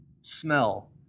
smell